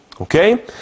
okay